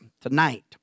tonight